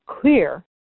clear